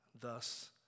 thus